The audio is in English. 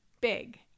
big